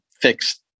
fixed